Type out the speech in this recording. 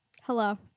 Hello